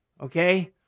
Okay